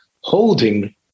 holding